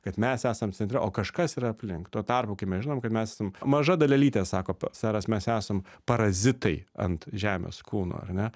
kad mes esam centre o kažkas yra aplink tuo tarpu kai mes žinom kad mes esam maža dalelytė sako seras mes esam parazitai ant žemės kūno ar ne